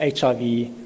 HIV